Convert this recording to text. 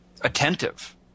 attentive